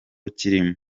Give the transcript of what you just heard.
kirimo